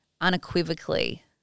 unequivocally